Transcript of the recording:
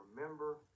remember